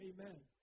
Amen